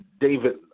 David